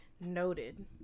Noted